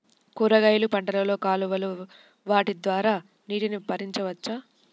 కూరగాయలు పంటలలో కాలువలు ద్వారా నీటిని పరించవచ్చా?